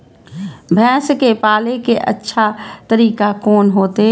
भैंस के पाले के अच्छा तरीका कोन होते?